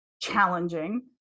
challenging